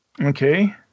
Okay